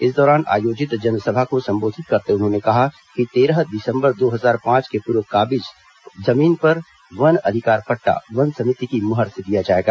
इस दौरान आयोजित संबोधित करते हुए उन्होंने कहा कि तेरह दिसंबर दो हजार पांच के पूर्व काबिज जमीन पर वन जनसभा को अधिकार पट्टा वन समिति की मुहर से दिया जाएगा